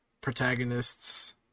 protagonists